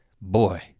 boy